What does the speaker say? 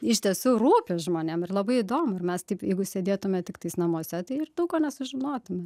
iš tiesų rūpi žmonėm ir labai įdomu ir mes taip jeigu sėdėtume tiktais namuose tai ir daug ko nesužinotume